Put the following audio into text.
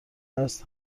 است